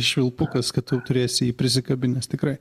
švilpukas kad tu turėsi jį prisikabinęs tikrai